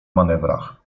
manewrach